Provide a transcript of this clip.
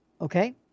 Okay